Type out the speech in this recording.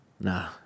Nah